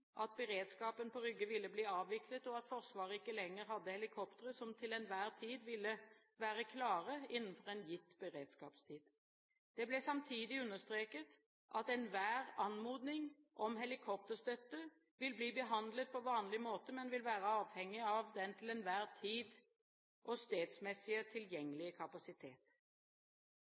at beredskapen på Rygge ville bli avviklet, og at Forsvaret ikke lenger hadde helikoptre som til enhver tid ville være klare innenfor en gitt beredskapstid. Det ble samtidig understreket at enhver anmodning om helikopterstøtte vil bli behandlet på vanlig måte, men vil være avhengig av den til enhver tids- og stedsmessige tilgjengelige kapasitet.